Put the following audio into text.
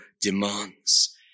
demands